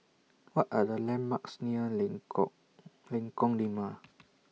What Are The landmarks near Lengkong Lengkong Lima